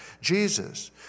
Jesus